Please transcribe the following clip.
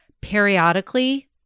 Periodically